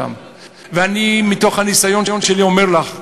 ואני מתוך הניסיון שלי אומר לך,